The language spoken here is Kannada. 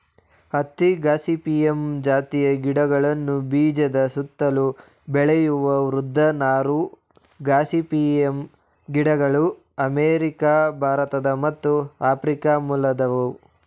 ಹತ್ತಿ ಗಾಸಿಪಿಯಮ್ ಜಾತಿಯ ಗಿಡಗಳ ಬೀಜದ ಸುತ್ತಲು ಬೆಳೆಯುವ ಮೃದು ನಾರು ಗಾಸಿಪಿಯಮ್ ಗಿಡಗಳು ಅಮೇರಿಕ ಭಾರತ ಮತ್ತು ಆಫ್ರಿಕ ಮೂಲದವು